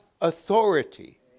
authority